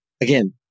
again